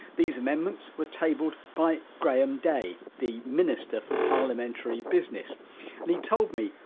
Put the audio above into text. these amendments were tabled by graham day, the minister for parliamentary business and he told me,